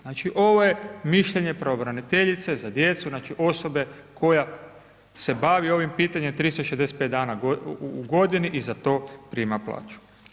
Znači ovo je mišljenje pravobraniteljice za djecu, znači osobe koja se bavi ovim pitanjem 365 dana u godini i za to prima plaću.